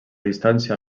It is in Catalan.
distància